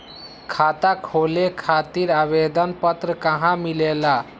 खाता खोले खातीर आवेदन पत्र कहा मिलेला?